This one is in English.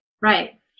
Right